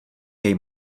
jej